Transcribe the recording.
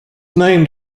named